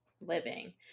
living